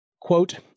Quote